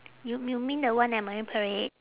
you you mean the one at marine parade